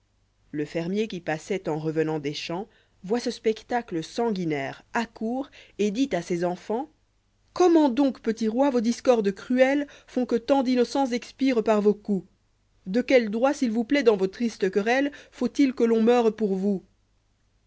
le fermier qui passoit en revenant des champs voit ce spectacle sanguinaire accourt et dit à ses enfants comment donc petits rois vos discordes cruelles font que tant d'innocents expirent par vos coups de quel droit s'il vous plaît dans vos tristes querelles faut-il que l'on meurepour vous